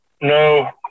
No